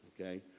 Okay